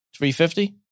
$350